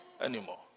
anymore